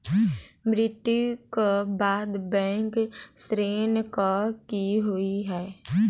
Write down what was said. मृत्यु कऽ बाद बैंक ऋण कऽ की होइ है?